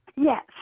Yes